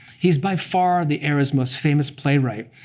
he's by far the era's most famous playwright.